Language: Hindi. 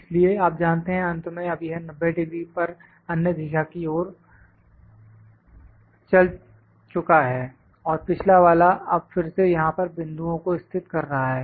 इसलिए आप जानते हैं अंत में अब यह 90 डिग्री पर अन्य दिशा की ओर चल चुका है और पिछला वाला अब फिर से यहां पर बिंदुओं को स्थित कर रहा है